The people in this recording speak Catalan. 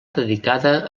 dedicada